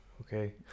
Okay